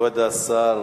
כבוד השר